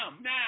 now